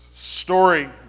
Story